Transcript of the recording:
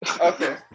Okay